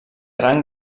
rang